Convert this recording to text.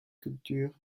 culture